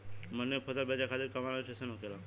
मंडी में फसल बेचे खातिर कहवा रजिस्ट्रेशन होखेला?